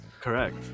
Correct